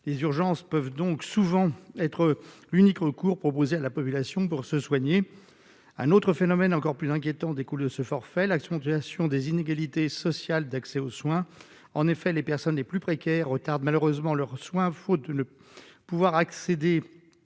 les urgences peuvent donc souvent être unique recours proposer à la population pour se soigner, un autre phénomène encore plus inquiétant découle de ce forfait, l'action des inégalités sociales d'accès aux soins en effet les personnes les plus précaires au tarde malheureusement leurs soins faute de ne pouvoir accéder